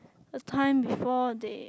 the time before they